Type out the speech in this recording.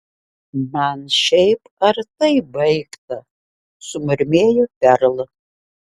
man šiaip ar taip baigta sumurmėjo perl